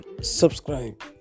subscribe